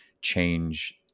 change